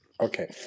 Okay